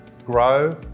grow